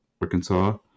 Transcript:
Arkansas